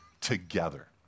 together